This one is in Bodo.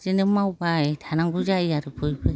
बिदिनो मावबाय थानांगौ जायो आरो बयबो